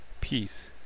peace